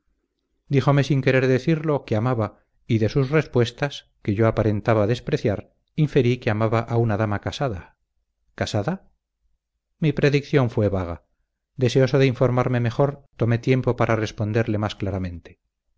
díjome sin querer decirlo que amaba y de sus respuestas que yo aparentaba despreciar inferí que amaba a una dama casada casada mi predicción fue vaga deseoso de informarme mejor tomé tiempo para responderle más claramente